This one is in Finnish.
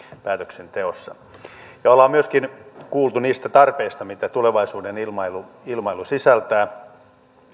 päätöksenteossa ollaan myöskin kuultu niistä tarpeista mitä tulevaisuuden ilmailu ilmailu sisältää